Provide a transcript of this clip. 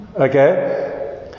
Okay